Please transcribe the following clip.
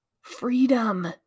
freedom